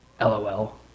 lol